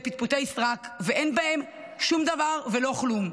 פטפוטי סרק ושאין בהם שום דבר ולא כלום.